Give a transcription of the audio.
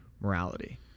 morality